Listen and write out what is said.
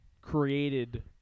created